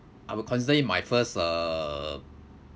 I will consider it my first uh